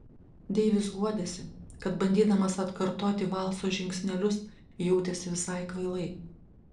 deivis guodėsi kad bandydamas atkartoti valso žingsnelius jautėsi visai kvailai